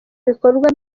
bikorwa